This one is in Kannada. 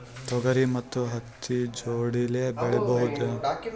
ತೊಗರಿ ಮತ್ತು ಹತ್ತಿ ಜೋಡಿಲೇ ಬೆಳೆಯಬಹುದಾ?